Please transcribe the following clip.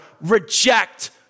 reject